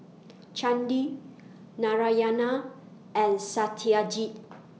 Chandi Narayana and Satyajit